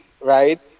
right